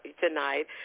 tonight